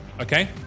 Okay